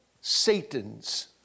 Satan's